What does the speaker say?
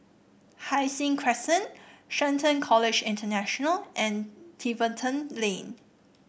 Hai Sing Crescent Shelton College International and Tiverton Lane